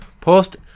Post